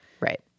Right